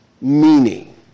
Meaning